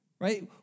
right